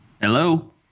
Hello